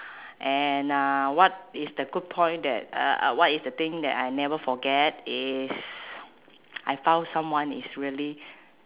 and uh what is the good point that uh uh what is the thing that I never forget is I found someone is really